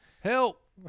Help